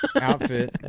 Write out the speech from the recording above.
Outfit